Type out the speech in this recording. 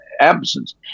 absence